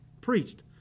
preached